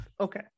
Okay